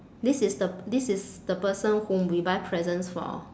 this is the this is the person whom we buy presents for